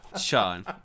Sean